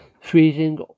freezing